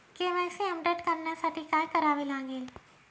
KYC update करण्यासाठी काय करावे लागेल?